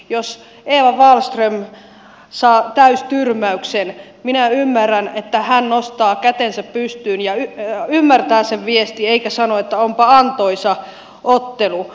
jos eva wahlström saa täystyrmäyksen minä ymmärrän että hän nostaa kätensä pystyyn ja ymmärtää sen viestin eikä sano että onpa antoisa ottelu